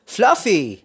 Fluffy